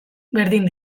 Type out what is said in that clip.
berdin